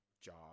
job